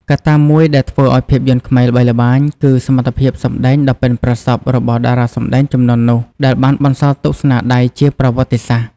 កត្តាមួយដែលធ្វើឱ្យភាពយន្តខ្មែរល្បីល្បាញ គឺសមត្ថភាពសម្ដែងដ៏ប៉ិនប្រសប់របស់តារាសម្ដែងជំនាន់នោះ ដែលបានបន្សល់ទុកស្នាដៃជាប្រវត្តិសាស្ត្រ។